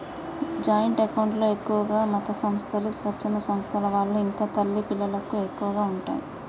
joint account లో ఎక్కువగా మతసంస్థలు, స్వచ్ఛంద సంస్థల వాళ్ళు ఇంకా తల్లి పిల్లలకు ఎక్కువగా ఉంటయ్